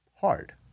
hard